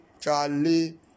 Charlie